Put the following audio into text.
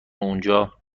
اونجا